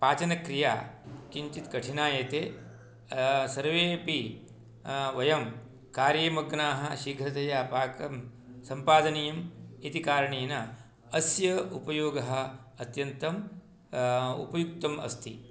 पाचनक्रिया किञ्चित् कठिनायते सर्वेपि वयं कार्ये मग्नाः शीघ्रतया पाकं सम्पादनीयम् इति कारणेन अस्य उपयोगः अत्यन्तम् उपयुक्तम् अस्ति